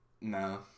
No